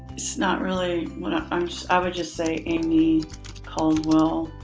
it's not really when i'm just, i would just say aimee caldwell,